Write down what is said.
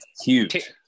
huge